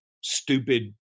stupid